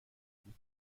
بود